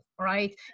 right